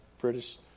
British